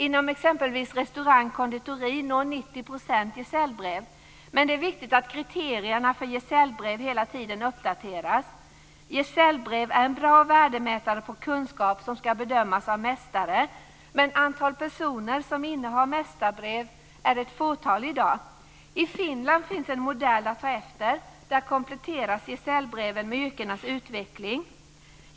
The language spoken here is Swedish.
Inom exempelvis restaurang och konditori når 90 % gesällbrev. Men det är viktigt att kriterierna för gesällbrev hela tiden uppdateras. Gesällbrev är en bra värdemätare på kunskap som ska bedömas av mästare, men antalet personer som innehar mästarbrev är ett fåtal i dag. I Finland finns en modell att ta efter. Där kompletteras gesällbreven med yrkenas utveckling.